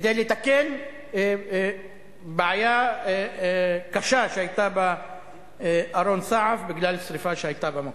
כדי לתקן בעיה קשה שהיתה בארון סעף בגלל שרפה שהיתה במקום.